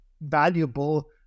valuable